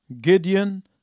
Gideon